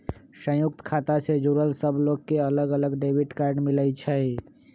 संयुक्त खाता से जुड़ल सब लोग के अलग अलग डेबिट कार्ड मिलई छई